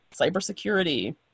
cybersecurity